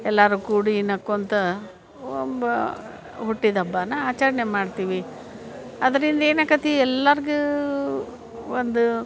ಎಲ್ಲರೂ ಕೂಡಿ ನಕ್ಕೊತ ಒಬ್ಬ ಹುಟ್ಟಿದ ಹಬ್ಬನ ಆಚರಣೆ ಮಾಡ್ತೀವಿ ಅದ್ರಿಂದ ಏನಾಕತಿ ಎಲ್ಲರ್ಗೂ ಒಂದು